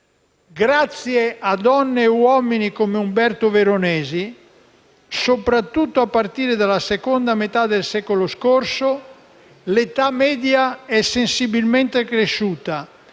Grazie a donne e uomini come Umberto Veronesi, soprattutto a partire dalla seconda metà del secolo scorso, l'età media è sensibilmente cresciuta